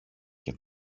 και